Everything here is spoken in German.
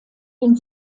den